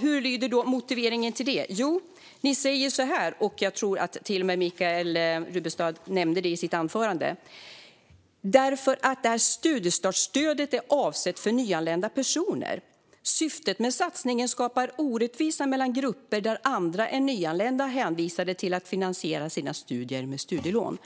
Hur lyder motiveringen till detta? Jo, ni säger följande, och jag tror att Michael Rubbestad nämnde det i sitt anförande: "Studiestartsstödet . är avsett för nyanlända personer. Syftet med satsningen skapar orättvisa mellan grupper där andra än nyanlända är hänvisade till att finansiera sina studier med studielån."